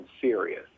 serious